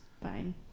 fine